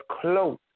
close